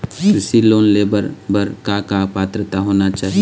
कृषि लोन ले बर बर का का पात्रता होना चाही?